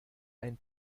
ein